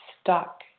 stuck